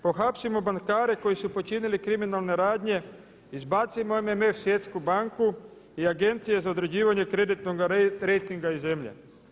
Pohapsimo bankare koji su počinili kriminalne radnje, izbacimo MMF svjetsku banku i agencije za određivanje kreditnoga rejtinga iz zemlje.